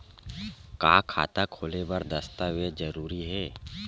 का खाता खोले बर दस्तावेज जरूरी हे?